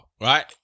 right